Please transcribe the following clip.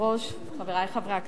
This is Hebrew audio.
חברי חברי הכנסת,